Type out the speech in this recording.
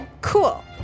Cool